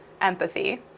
empathy